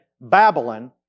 Babylon